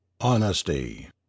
Honesty